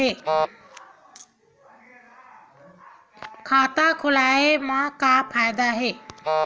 खाता खोलवाए मा का फायदा हे